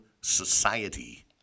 Society